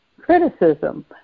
criticism